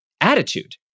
attitude